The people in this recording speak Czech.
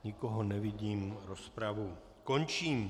Nikoho nevidím, rozpravu končím.